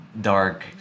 dark